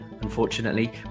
unfortunately